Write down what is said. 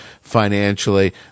financially